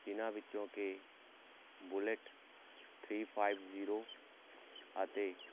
ਜਿਹਨਾਂ ਵਿੱਚੋਂ ਕਿ ਬੁਲੇਟ ਥਰੀ ਫਾਈਵ ਜ਼ੀਰੋ ਅਤੇ